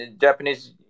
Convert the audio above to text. Japanese